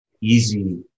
easy